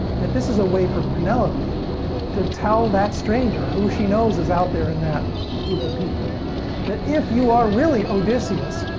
that this is a way for penelope to tell that stranger who she knows is out there in that group of people that if you are really odysseus,